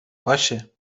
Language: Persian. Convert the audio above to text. باشه